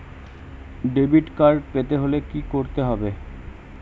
Debit card পেতে হলে কি করতে হবে?